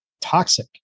toxic